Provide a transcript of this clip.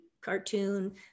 cartoon